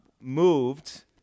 moved